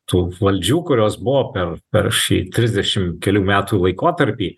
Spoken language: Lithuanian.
tų valdžių kurios buvo per per šį trisdešimt kelių metų laikotarpį